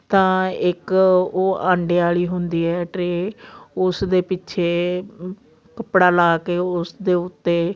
ਤਾਂ ਇੱਕ ਉਹ ਆਂਡਿਆਂ ਵਾਲੀ ਹੁੰਦੀ ਹੈ ਟ੍ਰੇ ਉਸ ਦੇ ਪਿੱਛੇ ਕੱਪੜਾ ਲਾ ਕੇ ਉਸ ਦੇ ਉੱਤੇ